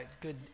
good